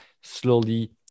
slowly